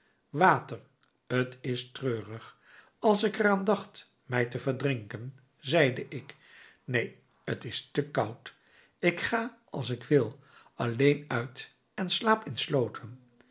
water t is treurig als ik er aan dacht mij te verdrinken zeide ik neen t is te koud ik ga als ik wil alleen uit en slaap in slooten